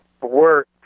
work